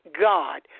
God